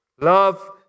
love